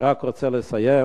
אני רק רוצה לסיים.